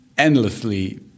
Endlessly